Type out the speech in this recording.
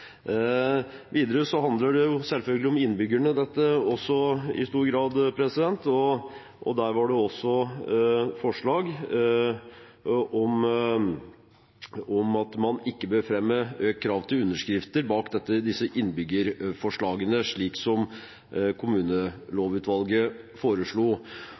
Videre handler det selvfølgelig også i stor grad om innbyggerne, og det var forslag om at man ikke bør fremme økt krav til underskrifter bak innbyggerforslagene, slik kommunelovutvalget foreslo. Så er det viktig for mange at man fremdeles har en lov som